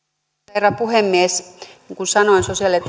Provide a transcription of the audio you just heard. herra puhemies niin kuin sanoin sosiaali ja